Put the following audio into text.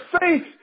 faith